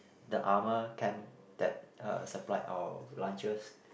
the armour camp that uh supplied our lunches